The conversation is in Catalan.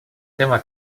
tema